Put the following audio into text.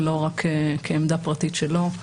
ולא רק כעמדה פרטית שלו.